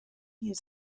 here